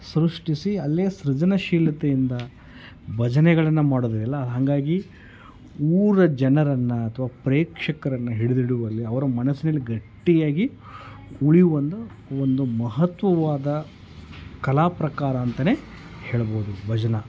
ಸೃಷ್ಟಿಸಿ ಅಲ್ಲೇ ಸೃಜನಶೀಲತೆಯಿಂದ ಭಜನೆಗಳನ್ನು ಮಾಡೋದಿದ್ಯಲ್ವ ಹಾಗಾಗಿ ಊರ ಜನರನ್ನು ಅಥ್ವಾ ಪ್ರೇಕ್ಷಕರನ್ನ ಹಿಡಿದಿಡುವಲ್ಲಿ ಅವರ ಮನಸ್ಸಿನಲ್ಲಿ ಗಟ್ಟಿಯಾಗಿ ಉಳಿಯುವ ಒಂದು ಮಹತ್ವವಾದ ಕಲಾಪ್ರಕಾರ ಅಂತಲೇ ಹೇಳ್ಬೋದು ಭಜನೆ